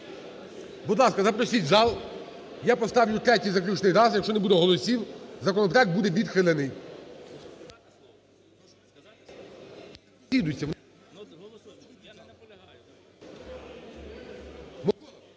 Будь ласка, запросіть в зал, я поставлю третій, заключний раз, якщо не буде голосів, законопроект буде відхилений.